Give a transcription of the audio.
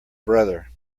brother